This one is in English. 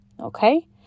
Okay